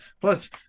Plus